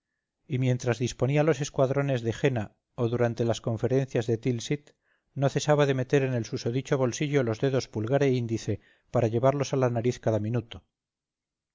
y mientras disponía los escuadrones de jena o durante las conferencias de tilsitt no cesaba de meter en el susodicho bolsillo los dedos pulgar e índice para llevarlos a la nariz cada minuto